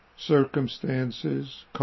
Circumstances